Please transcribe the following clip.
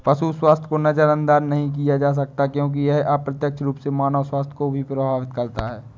पशु स्वास्थ्य को नजरअंदाज नहीं किया जा सकता क्योंकि यह अप्रत्यक्ष रूप से मानव स्वास्थ्य को भी प्रभावित करता है